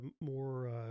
more